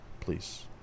please